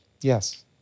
yes